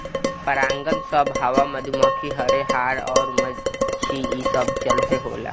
परागन सभ हवा, मधुमखी, हर्रे, हाड़ अउर माछी ई सब के चलते होला